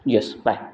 yes bye